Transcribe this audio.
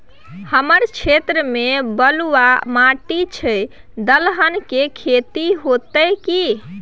हमर क्षेत्र में बलुआ माटी छै, दलहन के खेती होतै कि?